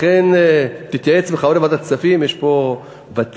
לכן, תתייעץ עם חברי ועדת הכספים, יש פה ותיק,